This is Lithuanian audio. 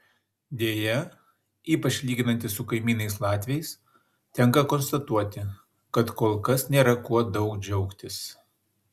deja ypač lyginantis su kaimynais latviais tenka konstatuoti kad kol kas nėra kuo daug džiaugtis